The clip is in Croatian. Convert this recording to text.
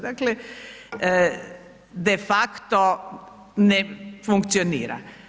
Dakle, de facto ne funkcionira.